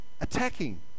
attacking